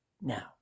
now